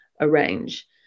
arrange